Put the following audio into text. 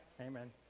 Amen